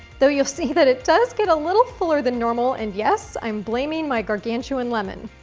though you'll see that it does get a little fuller than normal, and yes, i'm blaming my gargantuan lemon.